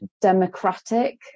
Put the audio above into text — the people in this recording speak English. democratic